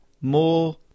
more